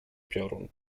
piorun